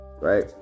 Right